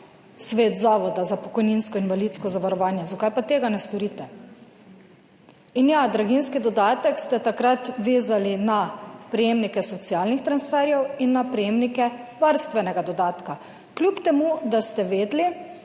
Svet Zavoda za pokojninsko in invalidsko zavarovanje, zakaj pa tega ne storite? In ja, draginjski dodatek ste takrat vezali na prejemnike socialnih transferjev in na prejemnike varstvenega dodatka, kljub temu, da ste vedeli,